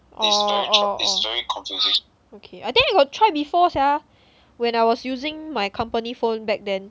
oh oh oh okay I think I got try before sia when I was using my company phone back then